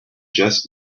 just